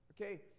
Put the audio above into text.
Okay